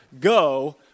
go